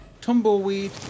Tumbleweed